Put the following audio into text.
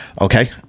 Okay